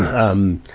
um,